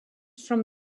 for